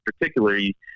particularly